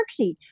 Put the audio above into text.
worksheet